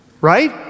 right